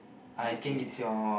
okay